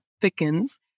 thickens